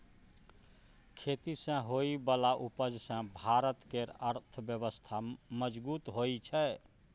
खेती सँ होइ बला उपज सँ भारत केर अर्थव्यवस्था मजगूत होइ छै